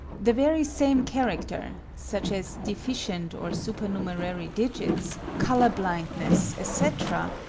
the very same character, such as deficient or supernumerary digits, colour-blindness, etc,